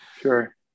Sure